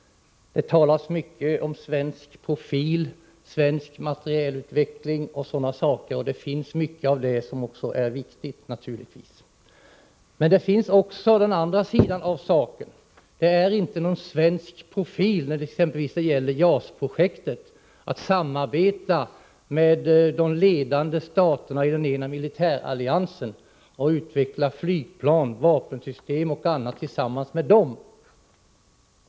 Det talas mycket om svensk profil, svensk materielutveckling och sådana ting, och det finns naturligtvis mycket härvidlag som är viktigt. Men saken har också en annan sida. Det är inte fråga om någon svensk profil när det gäller exempelvis JAS-projektet — att samarbeta med de ledande staterna i den ena militäralliansen och utveckla flygplan, vapensystem och annat tillsammans med denna allians.